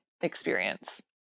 experience